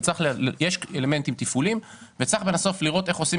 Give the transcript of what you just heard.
יש אלמנטים תפעוליים וצריך לנסות לראות איך עושים